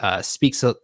speaks